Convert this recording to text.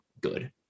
good